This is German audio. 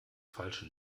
feilschen